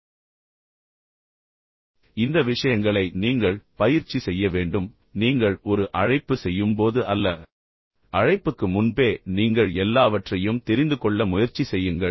எனவே இந்த விஷயங்களை நீங்கள் பயிற்சி செய்ய வேண்டும் நீங்கள் கருவிகளில் தேர்ச்சி பெற வேண்டும் நீங்கள் ஒரு அழைப்பு செய்யும் போது அல்ல ஆனால் அழைப்புக்கு முன்பே நீங்கள் எல்லாவற்றையும் தெரிந்து கொள்ள முயற்சி செய்யுங்கள்